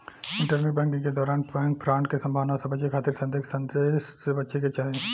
internet banking के दौरान bank fraud के संभावना से बचे खातिर संदिग्ध संदेश से बचे के चाही